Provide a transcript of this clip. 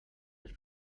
els